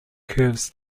curves